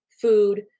food